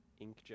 inkjet